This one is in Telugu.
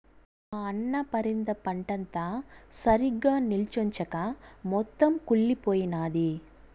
మా అన్న పరింద పంటంతా సరిగ్గా నిల్చొంచక మొత్తం కుళ్లిపోయినాది